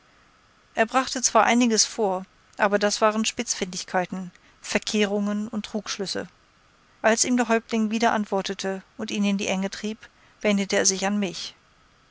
er brachte zwar einiges vor aber das waren spitzfindigkeiten verkehrungen und trugschlüsse als ihm der häuptling wieder antwortete und ihn in die enge trieb wendete er sich an mich